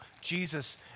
Jesus